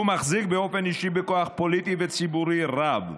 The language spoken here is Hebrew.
הוא מחזיק באופן אישי בכוח פוליטי וציבורי רב.